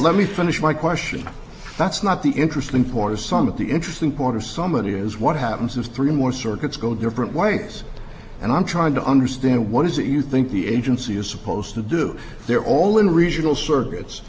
let me finish my question that's not the interesting point is some of the interesting quarter somebody is what happens is three more circuits go different ways and i'm trying to understand what is it you think the agency is supposed to do they're all in regional circuits